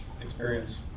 experience